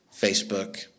Facebook